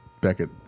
Beckett